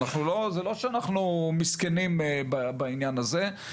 זה לא שאנחנו מסכנים בעניין הזה.